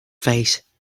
face